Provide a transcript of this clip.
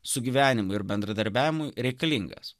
sugyvenimui ir bendradarbiavimui reikalingas